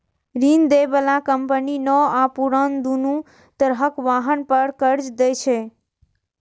ऋण दै बला कंपनी नव आ पुरान, दुनू तरहक वाहन पर कर्ज दै छै